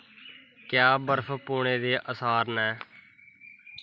क्या बर्फ पौने दे असार न